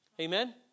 Amen